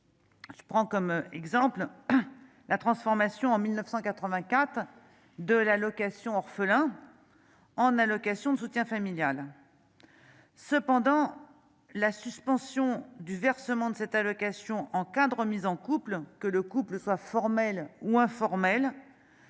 Je prends comme exemple la transformation en 1984 de l'allocation orphelin en allocation de soutien familial, cependant, la suspension du versement de cette allocation en cas de remise en couple, que le couple soit formel ou informel.